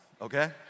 okay